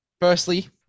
firstly